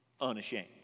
unashamed